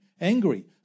angry